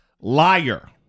Liar